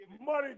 Money